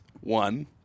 one